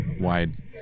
wide